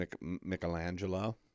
Michelangelo